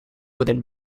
within